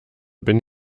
bin